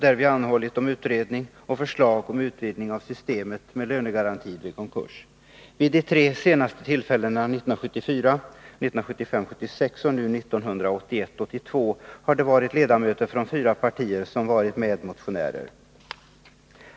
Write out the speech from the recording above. Vi har anhållit om utredning av och förslag om en utvidgning av systemet med lönegaranti vid konkurs. Vid de tre senaste tillfällena — 1974, 1975 82 — har det varit ledamöter från fyra partier som varit medmotionärer.